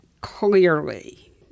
clearly